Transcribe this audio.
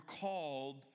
called